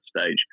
stage